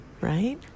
right